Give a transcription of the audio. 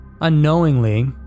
Unknowingly